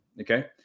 okay